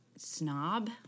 snob